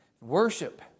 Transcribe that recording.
worship